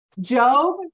Job